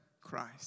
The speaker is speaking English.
Christ